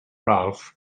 ralph